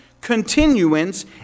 continuance